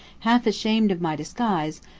half ashamed of my disguise,